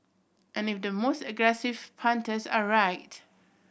and if the most aggressive punters are right